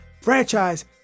Franchise